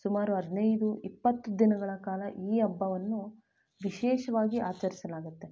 ಸುಮಾರು ಹದಿನೈದು ಇಪ್ಪತ್ತು ದಿನಗಳ ಕಾಲ ಈ ಹಬ್ಬವನ್ನು ವಿಶೇಷವಾಗಿ ಆಚರಿಸಲಾಗತ್ತೆ